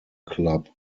club